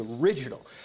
original